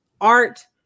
art